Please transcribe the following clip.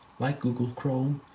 like google chrome,